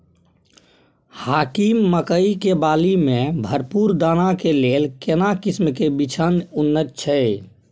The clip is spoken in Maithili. हाकीम मकई के बाली में भरपूर दाना के लेल केना किस्म के बिछन उन्नत छैय?